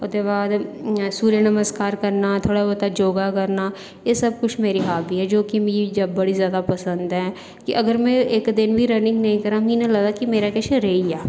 ओह्दे बाद सूर्य नमस्कार करना थोह्ड़ा बहूता योग करना एह् सब कुछ मेरी हाबी ऐ जो कि मिगी बड़ी ज्यादा पंसद ऐ कि अगर में इक दिन बी रनिंग नेईं करां मिगी इ'यां लगदा कि मेरा किश रेही गेआ